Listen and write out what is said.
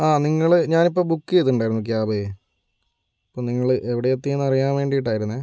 ആ നിങ്ങള് ഞാനിപ്പോൾ ബുക്കെയ്തിട്ടുണ്ടായിരുന്നു ക്യാബേ അപ്പോൾ നിങ്ങള് എവിടെ എത്തി എന്നു അറിയാൻ വേണ്ടിട്ടായിരുന്നെ